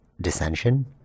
dissension